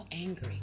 angry